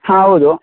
ಹಾಂ ಹೌದು